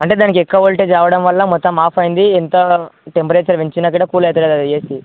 అంటే దానికి ఎక్కువ ఓల్టేజ్ రావడం వల్ల మొత్తం ఆఫ్ అయ్యింది ఎంత టెంపరేచర్ పెంచిన కూడా కూల్ అవుతలేదు ఆ ఏసీ